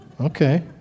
Okay